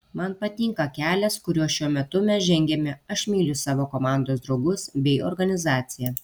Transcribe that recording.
man patinka kelias kuriuo šiuo metu mes žengiame aš myliu savo komandos draugus bei organizaciją